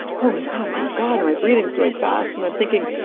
oh my god, oh my god, and my breathing's going fast. and i'm thinking,